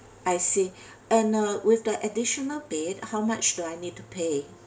I see and uh with the additional bed how much do I need to pay